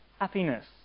happiness